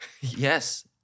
Yes